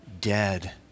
dead